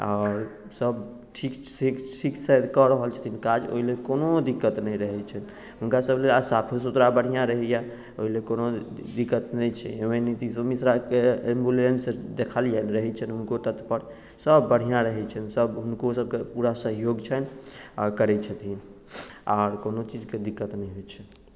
आओर सभ ठीकसँ ठीकसँ कऽ रहल छथिन काज ओहि लेल कोनो दिक्कत नहि रहैत छनि हुनकासभ लेल आ साफो सुथरा बढ़िआँ रहैए ओहि लेल कोनो दिक्कत नहि छै नीतिशो मिश्राके एम्बुलेंस देखलियैन रहैत छनि हुनको तत्पर सभ बढ़िआँ रहैत छनि सभ हुनकोसभके पूरा सहयोग छनि आ करैत छथिन आओर कोनो चीजके दिक्कत नहि होइत छनि